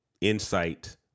insight